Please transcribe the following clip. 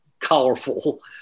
colorful